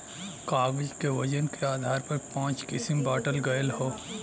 कागज क वजन के आधार पर पाँच किसम बांटल गयल हौ